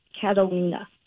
Catalina